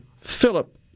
Philip